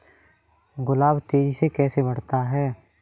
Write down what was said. गुलाब तेजी से कैसे बढ़ता है?